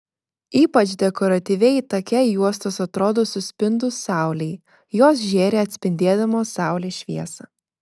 ypač dekoratyviai take juostos atrodo suspindus saulei jos žėri atspindėdamos saulės šviesą